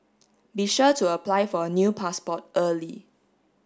be sure to apply for a new passport early